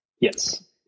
Yes